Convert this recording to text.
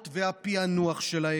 יש כאלה, על פי המספרים המוכרים,